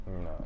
No